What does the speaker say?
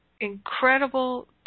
incredible